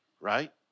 right